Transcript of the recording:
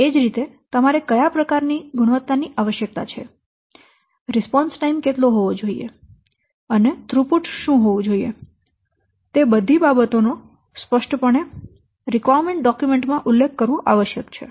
એ જ રીતે તમારે કયા પ્રકારની ગુણવત્તા ની આવશ્યકતા છે પ્રતિભાવ સમય કેટલો હોવો જોઈએ અને થ્રુપુટ શું હોવું જોઈએ તે બધી બાબતો નો સ્પષ્ટપણે આવશ્યકતાઓ દસ્તાવેજ માં ઉલ્લેખ કરવો આવશ્યક છે